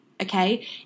okay